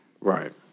Right